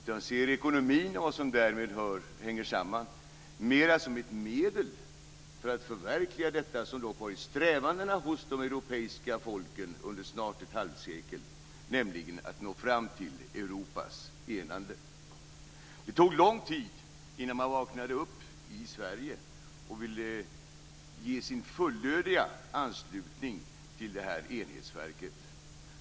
Jag ser ekonomin och vad som därtill hör mer som ett medel för att förverkliga det som legat i strävandena hos de europeiska folken under snart ett halvsekel, nämligen att nå fram till Europas enande. Det tog lång tid innan man vaknade upp i Sverige och ville ansluta sig fullödigt till det här enhetsverket.